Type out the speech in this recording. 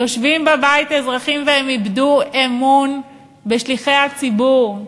יושבים בבית אזרחים והם איבדו אמון בשליחי הציבור,